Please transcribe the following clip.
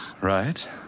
right